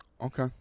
Okay